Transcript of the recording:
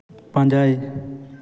ᱯᱟᱸᱡᱟᱭ